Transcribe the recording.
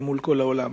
מול כל העולם.